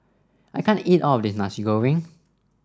I can't eat all of this Nasi Goreng